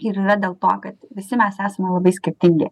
ir yra dėl to kad visi mes esam labai skirtingi